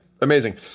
amazing